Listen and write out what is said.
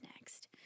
next